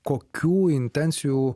kokių intencijų